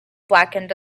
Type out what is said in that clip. blackened